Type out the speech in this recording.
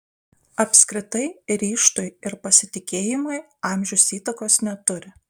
apskritai ryžtui ir pasitikėjimui amžius įtakos neturi